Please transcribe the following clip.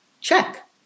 check